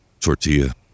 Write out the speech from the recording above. tortilla